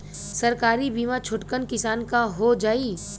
सरकारी बीमा छोटकन किसान क हो जाई?